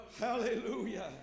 Hallelujah